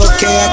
Okay